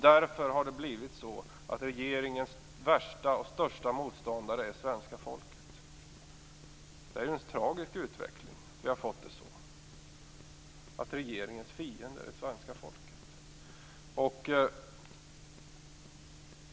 Därför har det blivit så att regeringens värsta och största motståndare är svenska folket. Det är ju en tragisk utveckling att vi har fått det så, att regeringens fiender är svenska folket.